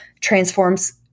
transforms